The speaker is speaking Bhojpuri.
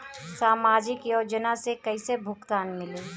सामाजिक योजना से कइसे भुगतान मिली?